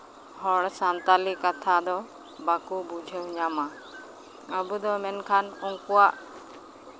ᱦᱚᱲ ᱥᱟᱱᱛᱟᱲᱤ ᱠᱟᱛᱷᱟ ᱫᱚ ᱵᱟᱠᱚ ᱵᱩᱡᱷᱟᱹᱣ ᱧᱟᱢᱟ ᱟᱵᱚ ᱫᱚ ᱢᱮᱱᱠᱷᱟᱱ ᱩᱱᱠᱩᱣᱟᱜ